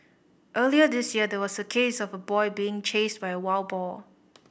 earlier this year there was a case of a boy being chased by a wild boar